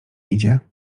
idzie